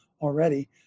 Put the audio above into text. already